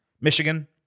Michigan